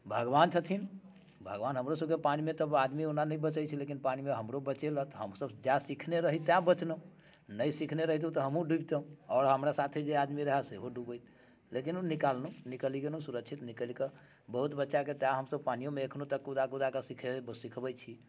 भगवान छथिन भगवान हमरो सभके पानिमे तऽ आदमी ओना नहि बचै छै लेकिन पानिमे हमरो बचेलथि हम सभ जाँइ सिखने रही ताँइ बचलहुँ नहि सिखने रहितहुँ तऽ हमहुँ डुबितहुँ आओर हमरा साथे जे आदमी रहै सेहो डुबितै लेकिन ओ निकाललहुँ सुरक्षित निकालिकऽ बहुत बच्चाके तऽ हम सभ अखनो तक पानिमे कुदा कुदाके सिखबै छी